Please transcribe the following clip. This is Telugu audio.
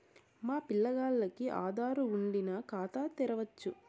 మా పిల్లగాల్లకి ఆదారు వుండిన ఖాతా తెరవచ్చు